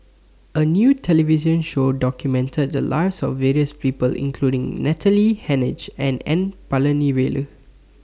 A New television Show documented The Lives of various People including Natalie Hennedige and N Palanivelu